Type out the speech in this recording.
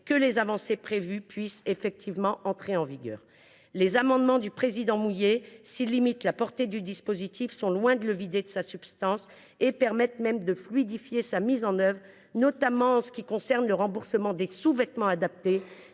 que les avancées prévues puissent effectivement entrer en vigueur. Les amendements du président Mouiller, s’ils limitent la portée du dispositif, sont loin de le vider de sa substance. Ils permettent même de fluidifier sa mise en œuvre, notamment en ce qui concerne le remboursement des sous vêtements adaptés.